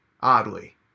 oddly